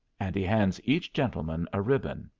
and he hands each gentleman a ribbon.